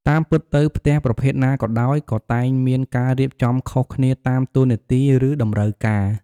តាមពិតទៅផ្ទះប្រភេទ ណាក៏ដោយ ក៏តែងមានការរៀបចំខុសគ្នាតាមតួនាទី ឬតម្រូវការ។